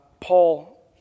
Paul